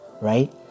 right